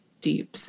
deep